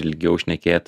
ilgiau šnekėt